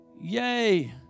Yay